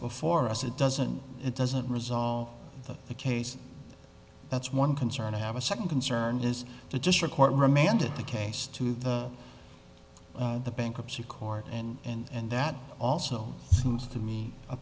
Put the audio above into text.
before us it doesn't it doesn't resolve the case that's one concern i have a second concern is the district court remanded the case to the the bankruptcy court and that also seems to me a